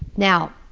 now,